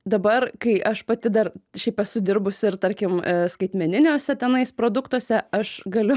dabar kai aš pati dar šiaip esu dirbusi ir tarkim skaitmeniniuose tenais produktuose aš galiu